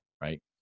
right